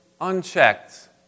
unchecked